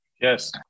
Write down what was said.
Yes